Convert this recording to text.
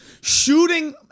shooting